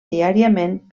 diàriament